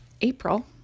April